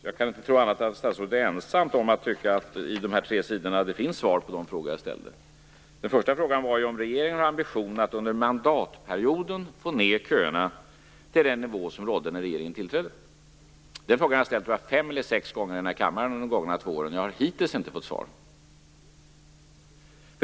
Jag kan inte tro annat än att statsrådet är ensam om att tycka att det i de tre sidorna i interpellationssvaret finns svar på de frågor jag ställde. Den första frågan var om regeringen har ambition att under mandatperioden få ned köerna till den nivå som rådde när regeringen tillträdde. Den frågan har jag ställt fem eller sex gånger i den här kammaren under de gångna två åren, och jag har hittills inte fått svar.